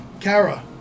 Kara